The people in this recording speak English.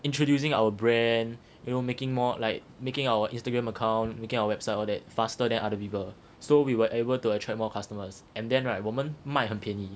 introducing our brand you know making more like making our instagram account making our website all that faster than other people so we were able to attract more customers and then right 我们卖很便宜